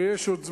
ויש עוד זמן,